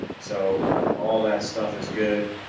so all that stuff is good